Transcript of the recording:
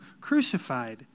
crucified